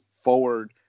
forward